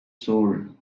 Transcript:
soul